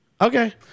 okay